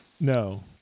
No